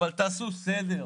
אבל תעשו סדר.